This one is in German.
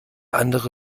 andere